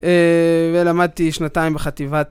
אההה... ולמדתי שנתיים בחטיבת.